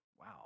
wow